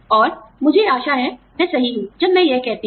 और मुझे आशा है मैं सही हूं जब मैं यह कहती हूं